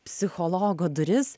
psichologo duris